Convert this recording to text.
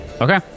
Okay